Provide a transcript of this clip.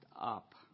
up